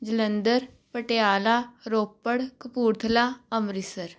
Jalandhar Patiala Ropar Kapurthala Amritsar